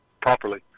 properly